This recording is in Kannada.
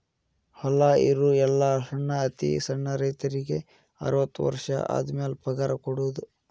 ಹೊಲಾ ಇರು ಎಲ್ಲಾ ಸಣ್ಣ ಅತಿ ಸಣ್ಣ ರೈತರಿಗೆ ಅರ್ವತ್ತು ವರ್ಷ ಆದಮ್ಯಾಲ ಪಗಾರ ಕೊಡುದ